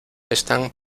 están